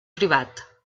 privat